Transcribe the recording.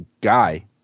guy